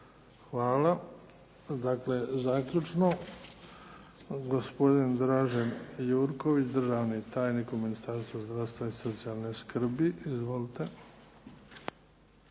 Hvala. Dakle, zaključno gospodin Dražen Jurković državni tajnik u Ministarstvu zdravstva i socijalne skrbi. Izvolite.